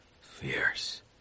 fierce